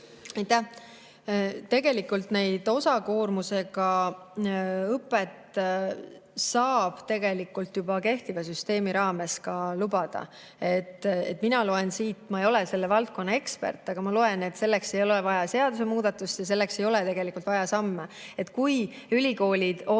Tegelikult osakoormusega õpet saab ka juba kehtiva süsteemi raames lubada. Ma loen siit – ma ei ole selle valdkonna ekspert –, et selleks ei ole vaja seadusemuudatust ja selleks ei ole vaja samme. Kui ülikoolid on seda